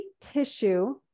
tissue